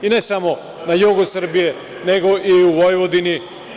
Ne samo na jugu Srbije, nego i u Vojvodini.